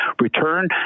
Return